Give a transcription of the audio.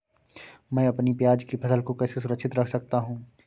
मैं अपनी प्याज की फसल को कैसे सुरक्षित रख सकता हूँ?